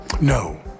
No